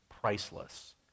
priceless